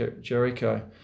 Jericho